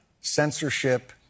censorship